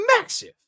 massive